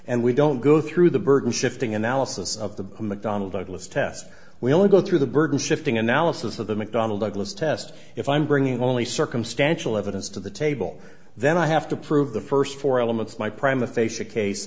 and we don't go through the burden shifting analysis of the mcdonnell douglas test we only go through the burden shifting analysis of the mcdonnell douglas test if i'm bringing only circumstantial evidence to the table then i have to prove the first four elements my prim